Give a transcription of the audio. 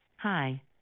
Hi